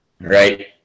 right